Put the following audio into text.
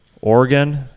Oregon